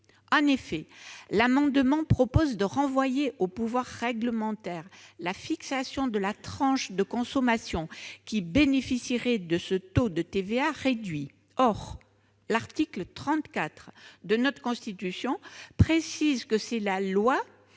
En effet, il est prévu de renvoyer au pouvoir réglementaire la fixation de la tranche de consommation qui bénéficierait du taux de TVA réduit. Or l'article 34 de la Constitution précise que c'est la loi